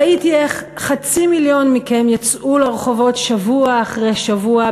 ראיתי איך חצי מיליון מכם יצאו לרחובות שבוע אחרי שבוע,